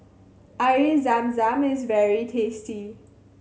Air Zam Zam is very tasty